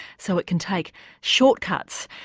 so it can take shortcuts.